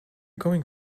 going